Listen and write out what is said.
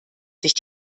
sich